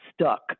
stuck